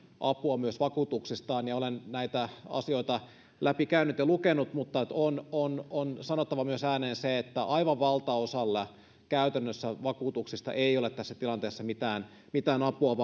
apua myös vakuutuksestaan ja olen näitä asioita läpikäynyt ja lukenut mutta on on sanottava myös ääneen että aivan valtaosalle käytännössä vakuutuksista ei ole tässä tilanteessa mitään apua